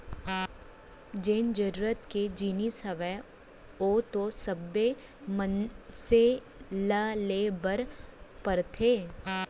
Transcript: जेन जरुरत के जिनिस हावय ओ तो सब्बे मनसे ल ले बर परथे